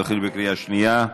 נתחיל בקריאה שנייה.